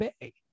Bay